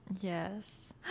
Yes